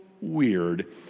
weird